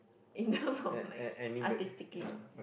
in terms of like artistically